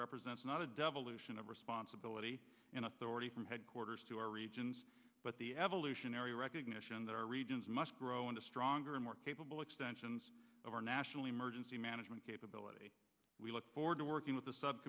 represents not a devolution of responsibility and authority from headquarters to our regions but the evolutionary recognition that our regions must grow into stronger and more capable extensions of our national emergency management capability we look forward to working with the sub